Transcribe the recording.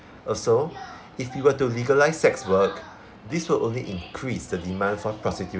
also if you were to legalise sex work this will only increase the demand for prostitution